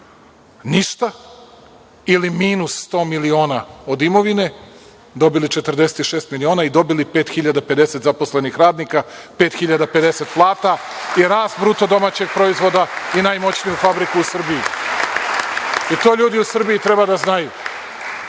ništa, ili minus 100 miliona od imovine, dobili 46 miliona i dobili 5.050 zaposlenih radnika, 5.050 plata i rast BDP i najmoćniju fabriku u Srbiji. To ljudi u Srbiji treba da znaju.